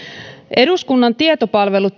eduskunnan tietopalvelu